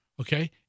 Okay